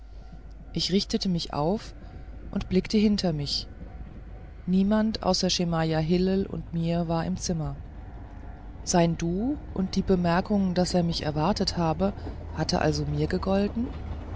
ich richtete mich auf und blickte hinter mich niemand außer schemajah hillel und mir war im zimmer sein du und die bemerkung daß er mich erwartet habe hatten also mir gegolten